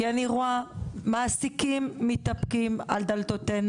כי אני רואה מעסיקים מתדפקים על דלתנו